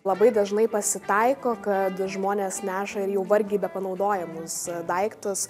labai dažnai pasitaiko kad žmonės neša ir jau vargiai bepanaudojamus daiktus